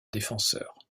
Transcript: défenseurs